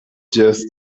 just